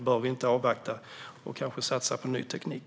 Bör vi inte avvakta och kanske satsa på ny teknik?